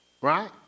Right